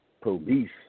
police